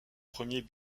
premiers